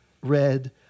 red